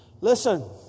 Listen